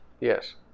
Yes